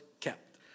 kept